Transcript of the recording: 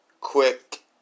quick